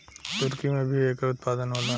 तुर्की में भी एकर उत्पादन होला